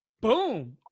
Boom